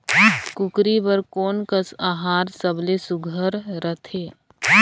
कूकरी बर कोन कस आहार सबले सुघ्घर रथे?